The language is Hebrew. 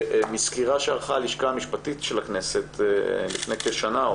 שמסקירה שערכה הלשכה המשפטית של הכנסת לפני כשנה,